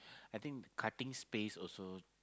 I think cutting space also